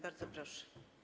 Bardzo proszę.